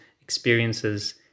experiences